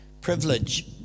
privilege